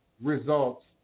results